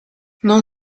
non